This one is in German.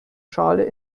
schale